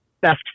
best